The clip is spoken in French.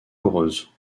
coureuses